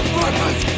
purpose